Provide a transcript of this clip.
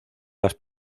las